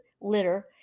litter